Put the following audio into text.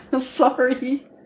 sorry